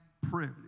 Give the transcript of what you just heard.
privilege